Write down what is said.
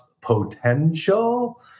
potential